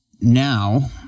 now